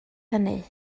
hynny